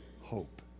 hope